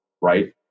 right